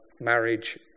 marriage